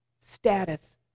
status